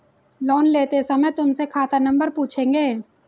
loan लेते समय तुमसे खाता नंबर पूछेंगे